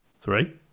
Three